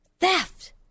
Theft